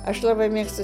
aš labai mėgstu